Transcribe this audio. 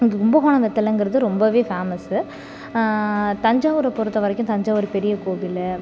இந்த கும்பகோணம் வெற்றிலங்கிறது ரொம்பவே ஃபேமஸ்ஸு தஞ்சாவூரை பொருத்த வரைக்கும் தஞ்சாவூர் பெரிய கோவில்